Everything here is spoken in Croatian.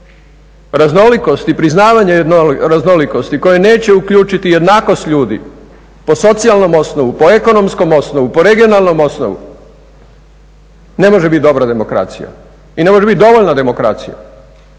Raznolikost i priznavanje raznolikosti koje neće uključiti jednakost ljudi po socijalnom osnovu, po ekonomskom osnovu, po regionalnom osnovu ne može bit dobra demokracija i ne može bit dovoljna demokracija.